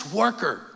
worker